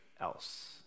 else